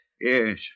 Yes